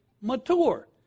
mature